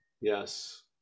yes